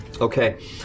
Okay